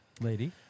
Lady